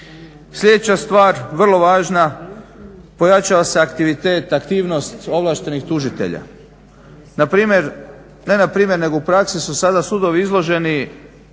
Sljedeća stvar vrlo važna, pojačava se aktivnost ovlaštenih tužitelja. Na primjer, ne na primjer nego u praksi su sada sudovi izloženi